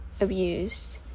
abused